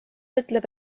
ütleb